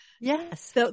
Yes